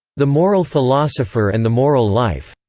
the moral philosopher and the moral life